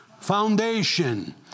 foundation